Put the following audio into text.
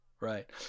right